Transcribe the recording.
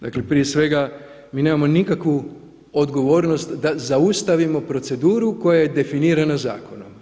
Dakle prije svega, mi nemamo nikakvu odgovornost da zaustavimo proceduru koja je definirana zakonom.